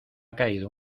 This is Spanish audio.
caído